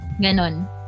Ganon